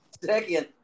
Second